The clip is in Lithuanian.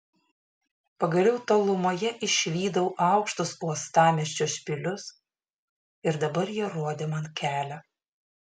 pagaliau tolumoje išvydau aukštus uostamiesčio špilius ir dabar jie rodė man kelią